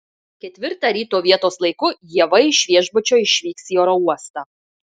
ketvirtą ryto vietos laiku ieva iš viešbučio išvyks į oro uostą